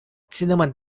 cinnamon